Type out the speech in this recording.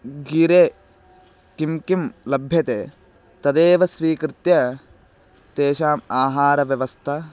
गीरौ किं किं लभ्यते तदेव स्वीकृत्य तेषाम् आहारव्यवस्था